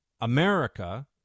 America